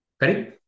Ready